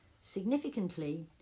Significantly